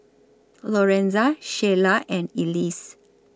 Lorenza Shayla and Elise